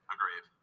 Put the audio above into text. Agreed